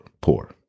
poor